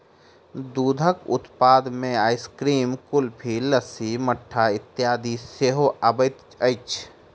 दूधक उत्पाद मे आइसक्रीम, कुल्फी, लस्सी, मट्ठा इत्यादि सेहो अबैत अछि